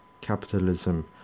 capitalism